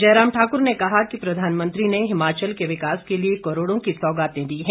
जयराम ठाकुर ने कहा कि प्रधानमंत्री ने हिमाचल के विकास के लिए करोड़ों की सौगातें दी हैं